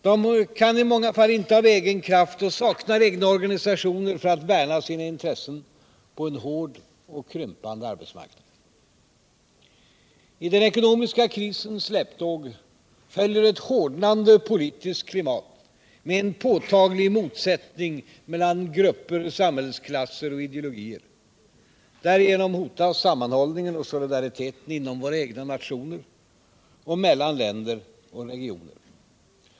De saknar i många fall egen kraft och egna organisationer för att värna sina intressen på en hård och krympande arbetsmarknad. I den ekonomiska krisens släptåg följer ett hårdnande politiskt klimat med en påtaglig motsättning mellan grupper, samhällsklasser och ideologier. Därigenom hotas sammanhållningen och solidariteten inom våra egna nationer och mellan länder och regioner.